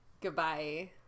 Goodbye